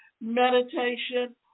meditation